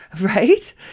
Right